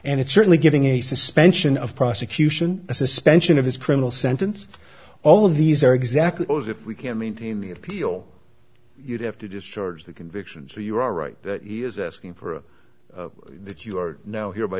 and it's certainly giving a suspension of prosecution a suspension of his criminal sentence all of these are exactly those if we can maintain the appeal you'd have to discharge the conviction so you are right that he is asking for that you are now here by